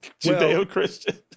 Judeo-Christian